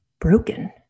broken